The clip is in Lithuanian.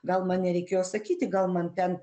gal man nereikėjo sakyti gal man ten